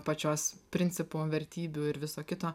pačios principo vertybių ir viso kito